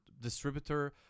distributor